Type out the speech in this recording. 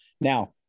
Now